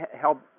help